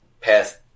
past